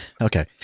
Okay